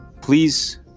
please